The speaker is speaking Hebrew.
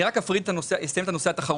אני רק אסיים את הנושא התחרותי.